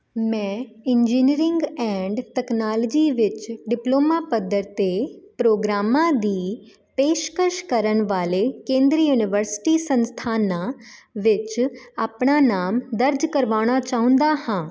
ਮੈਂ engineering and technology ਵਿੱਚ diploma ਪੱਧਰ 'ਤੇ ਪ੍ਰੋਗਰਾਮਾਂ ਦੀ ਪੇਸ਼ਕਸ਼ ਕਰਨ ਵਾਲੇ ਕੇਂਦਰੀ ਯੂਨੀਵਰਸਿਟੀ ਸੰਸਥਾਨਾਂ ਵਿੱਚ ਆਪਣਾ ਨਾਮ ਦਰਜ ਕਰਵਾਉਣਾ ਚਾਹੁੰਦਾ ਹਾਂ